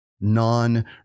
non